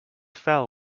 fell